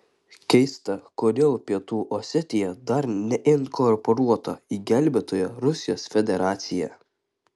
keista kodėl pietų osetija dar neinkorporuota į gelbėtoją rusijos federaciją